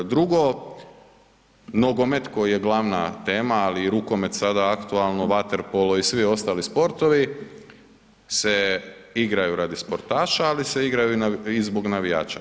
Drugo, nogomet koji je glavna tema, ali i rukomet, sada aktualno, vaterpolo i svi ostali sportovi se igraju radi sportaša, ali se igraju i zbog navijača.